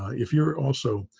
if you're also,